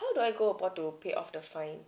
how do I go about to pay off the fine